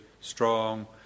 strong